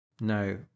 No